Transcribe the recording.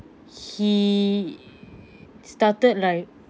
he started like